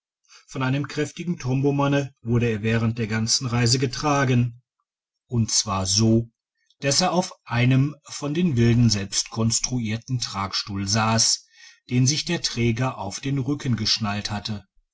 von einem kräftigen tombo manne wurde er während der ganzen reise getragen und zwar digitized by google so dass er auf einem von den wilden selbst konstruierten tragstuhl sass den sich der träger auf den rücken geschnallt hatte